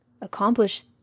accomplish